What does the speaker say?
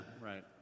right